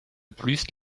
plus